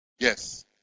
Yes